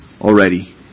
already